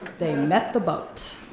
they met the boat.